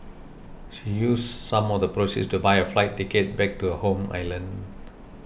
she used some of the proceeds to buy a flight ticket back to her home island